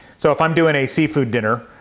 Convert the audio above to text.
so if i'm doing a seafood dinner,